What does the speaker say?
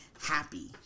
happy